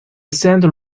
saint